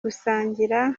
gusangira